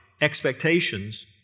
expectations